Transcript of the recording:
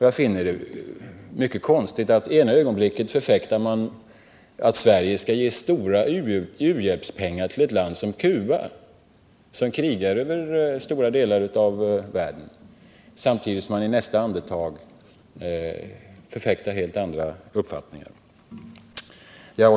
Jag finner det konstigt att ena ögonblicket förfäkta att Sverige skall ge stora uhjälpspengar till ett land som Cuba, som krigar i stora delar av världen, och i nästa andetag förfäkta helt andra uppfattningar.